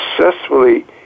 successfully